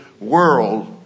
world